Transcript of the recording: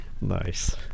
Nice